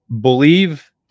believe